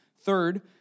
Third